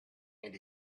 and